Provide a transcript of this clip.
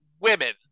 women